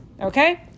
okay